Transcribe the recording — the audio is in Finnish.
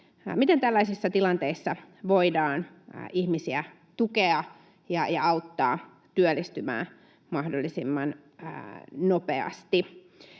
miten tällaisissa tilanteissa voidaan ihmisiä tukea ja auttaa työllistymään mahdollisimman nopeasti.